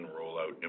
rollout